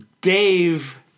Dave